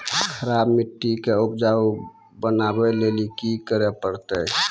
खराब मिट्टी के उपजाऊ बनावे लेली की करे परतै?